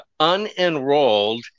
unenrolled